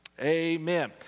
amen